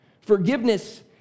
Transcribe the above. Forgiveness